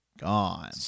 gone